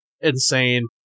insane